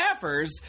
staffers